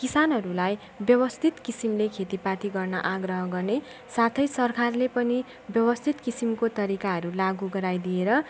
किसानहरूलाई व्यवस्थित किसिमले खेतीपाती गर्न आग्रह गर्ने साथै सरकारले पनि व्यवस्थित किसिमको तरिकाहरू लागु गराइदिएर